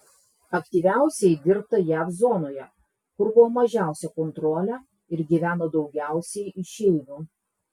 aktyviausiai dirbta jav zonoje kur buvo mažiausia kontrolė ir gyveno daugiausiai išeivių